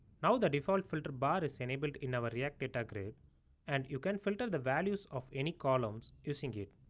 now the default filter bar is enabled in our react data grid and you can filter the values of any columns using it.